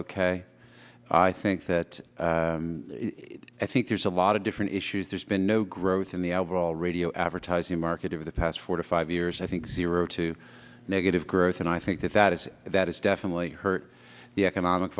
ok i think that i think there's a lot of different issues there's been no growth in the overall radio advertising market of the past four to five years i think zero to negative growth and i think that that is that is definitely hurt the economic